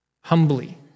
humbly